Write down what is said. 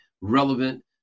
relevant